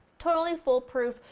totally fool proof.